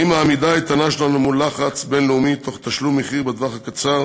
האם העמידה האיתנה שלנו מול לחץ בין-לאומי תוך תשלום מחיר בטווח הקצר